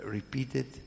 Repeated